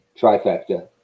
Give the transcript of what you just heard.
Trifecta